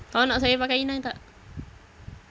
awak nak saya pakai inai tak